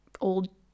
old